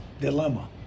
dilemma